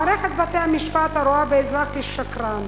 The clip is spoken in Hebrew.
מערכת בתי-המשפט, הרואה באזרח כשקרן,